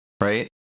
right